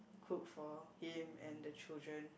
cook for him and the children